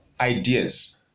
ideas